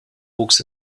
wuchs